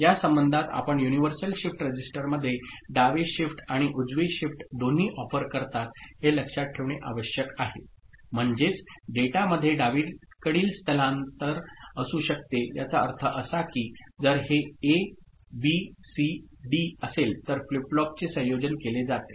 या संबंधात आपण युनिव्हर्सल शिफ्ट रजिस्टरमध्ये डावे शिफ्ट आणि उजवे शिफ्ट दोन्ही ऑफर करतात हे लक्षात ठेवणे आवश्यक आहे म्हणजेच डेटामध्ये डावीकडील स्थलांतर असू शकते याचा अर्थ असा की जर हे ए बी सी डी असेल तर फ्लिप फ्लॉपचे आयोजन केले जाते